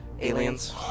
aliens